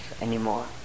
anymore